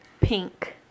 pink